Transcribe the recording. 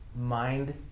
mind